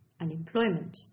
unemployment